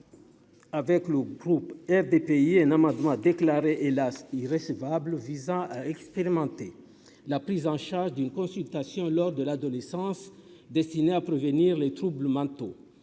avec l'autre groupe RDPI un amendement a déclaré hélas qui recevable visant à expérimenter. La prise en charge d'une consultation lors de l'adolescence, destiné à prévenir les troubles mentaux,